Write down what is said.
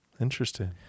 Interesting